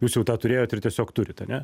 jūs jau tą turėjot ir tiesiog turit ane